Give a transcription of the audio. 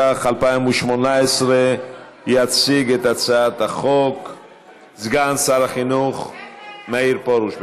התשע"ח 2018. יציג את הצעת החוק סגן שר החינוך מאיר פרוש.